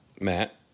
Matt